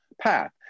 path